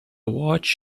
watch